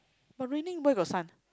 but raining where got sun